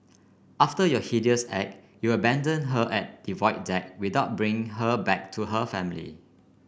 after your heinous act you abandoned her at the Void Deck without bringing her back to her family